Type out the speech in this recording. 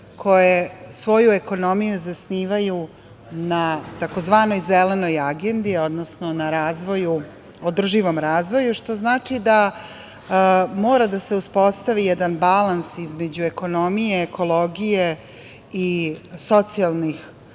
koje svoju ekonomiju zasnivaju na tzv. zelenoj agendi, odnosno na održivom razvoju, što znači da mora da se uspostavi jedan balans između ekonomije, ekologije i socijalnih